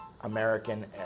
American